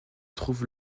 trouve